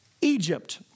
Egypt